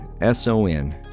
S-O-N